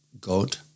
God